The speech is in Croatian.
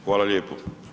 Hvala lijepo.